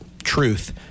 truth